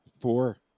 Four